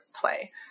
play